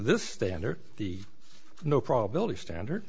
this standard the no probability standard